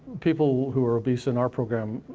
people who are obese in our program,